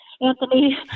Anthony